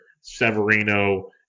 Severino